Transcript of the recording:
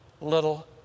little